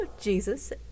Jesus